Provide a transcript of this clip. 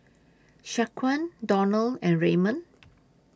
Shaquan Donald and Raymond